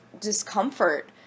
discomfort